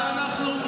ואנחנו,